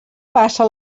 passa